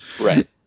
Right